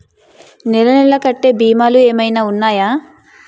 నెల నెల కట్టే భీమాలు ఏమైనా ఉన్నాయా?